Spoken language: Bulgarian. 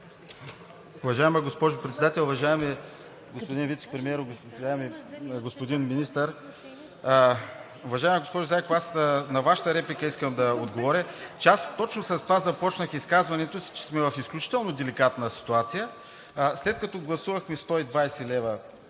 Уважаема госпожо Председател, уважаеми господин Вицепремиер, уважаеми господин Министър! Уважаема госпожо Зайкова, на Вашата реплика искам да отговоря и аз точно с това започнах изказването си, че сме в изключително деликатна ситуация, след като гласувахме по 120 лв.